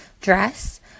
dress